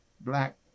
Black